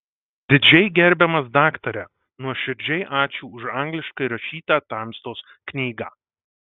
didžiai gerbiamas daktare nuoširdžiai ačiū už angliškai rašytą tamstos knygą